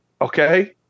Okay